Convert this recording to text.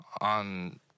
on